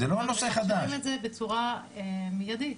מכשירים את זה בצורה מיידית.